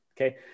Okay